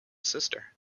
sister